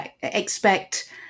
expect